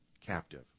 captive